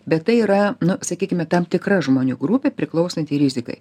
bet tai yra nu sakykime tam tikra žmonių grupė priklausanti rizikai